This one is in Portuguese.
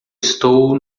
estou